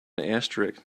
asterisk